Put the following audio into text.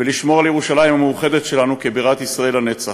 ולשמור על ירושלים המאוחדת שלנו כבירת ישראל לנצח.